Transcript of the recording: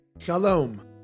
Shalom